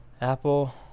Apple